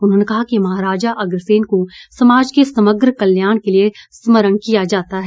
उन्होंने कहा कि महाराजा अग्रसेन को समाज के समग्र कल्याण के लिए स्मरण किया जाता है